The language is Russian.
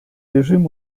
режим